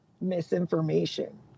misinformation